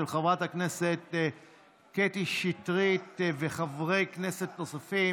של חברת הכנסת קטי שטרית וחברי כנסת נוספים,